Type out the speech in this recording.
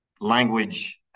language